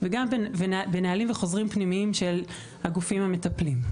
ונהלים וחוזרים פנימיים של הגופים המטפלים.